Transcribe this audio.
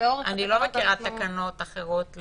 אני לא מכירה תקנות אחרות.